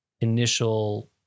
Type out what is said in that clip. initial